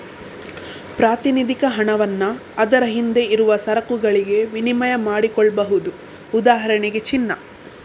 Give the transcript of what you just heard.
ಪ್ರಾತಿನಿಧಿಕ ಹಣವನ್ನ ಅದರ ಹಿಂದೆ ಇರುವ ಸರಕುಗಳಿಗೆ ವಿನಿಮಯ ಮಾಡಿಕೊಳ್ಬಹುದು ಉದಾಹರಣೆಗೆ ಚಿನ್ನ